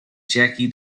jackie